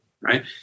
right